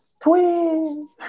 Twins